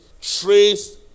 trace